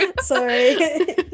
Sorry